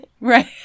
right